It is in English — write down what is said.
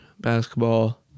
basketball